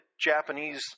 Japanese